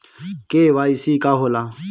KYC का होला?